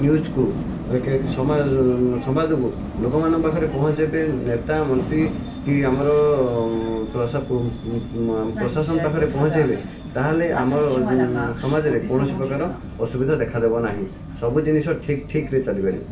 ନ୍ୟୁଜକୁ ସମ୍ବାଦକୁ ଲୋକମାନଙ୍କ ପାଖରେ ପହଁଞ୍ଚାଇବା ପାଇଁ ନେତା ମନ୍ତ୍ରୀକି ଆମର ପ୍ରଶାସନ ପାଖରେ ପହଁଞ୍ଚାଇବେ ତାହାହେଲେ ଆମ ସମାଜରେ କୌଣସି ପ୍ରକାର ଅସୁବିଧା ଦେଖା ଦେବ ନାହିଁ ସବୁ ଜିନିଷ ଠିକ୍ ଠିକ୍ରେ ଚାଲିପାରିବ